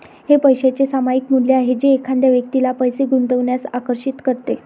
हे पैशाचे सामायिक मूल्य आहे जे एखाद्या व्यक्तीला पैसे गुंतवण्यास आकर्षित करते